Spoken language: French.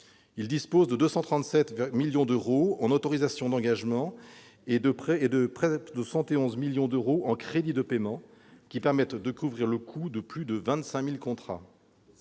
2020, avec 237 millions d'euros en autorisations d'engagement et près de 71 millions d'euros en crédits de paiement, permettant de couvrir le coût de plus de 25 000 contrats.